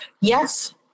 Yes